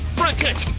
front kick.